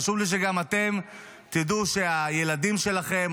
חשוב לי שגם אתם תדעו שהילדים שלכם,